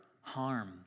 harm